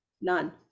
none